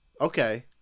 Okay